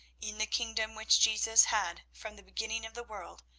in the kingdom which jesus had from the beginning of the world,